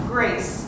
Grace